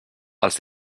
els